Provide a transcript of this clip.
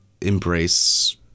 embrace